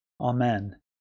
Amen